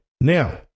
now